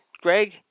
Greg